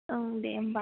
ओं दे होमबा